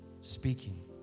speaking